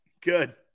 good